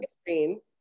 screen